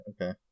Okay